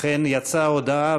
אכן יצאה הודעה,